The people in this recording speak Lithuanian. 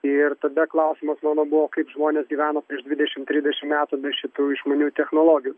ir tada klausimas mano buvo kaip žmonės gyveno prieš dvidešimt trisdešimt metų be šitų išmaniųjų technologijų